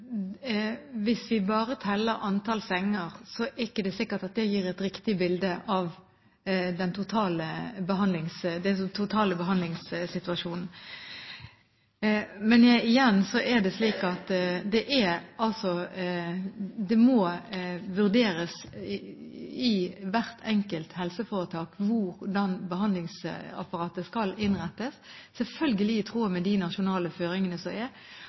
Hvis vi bare teller antall senger, er det ikke sikkert at det gir et riktig bilde av den totale behandlingssituasjonen. Igjen er det slik at det må vurderes i hvert enkelt helseforetak hvordan behandlingsapparatet skal innrettes, selvfølgelig i tråd med de nasjonale føringene som er.